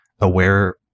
aware